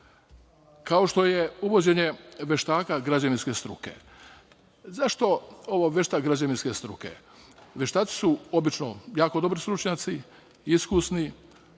kao što je uvođenje veštaka građevinske struke. Zašto ovo: „veštak građevinske struke“? Veštaci su obično jako dobri stručnjaci, iskusni,